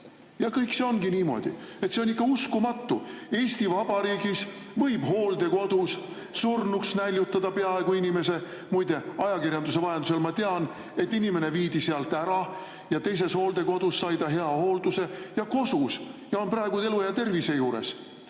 ja kõik see ongi niimoodi. See on ikka uskumatu, et Eesti Vabariigis võib hooldekodus inimese peaaegu surnuks näljutada. Muide, ajakirjanduse vahendusel ma tean, et inimene viidi sealt ära ja teises hooldekodus sai ta hea hoolduse ja kosus ning on praegu elu ja tervise juures.